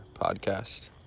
Podcast